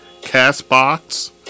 CastBox